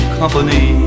company